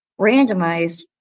randomized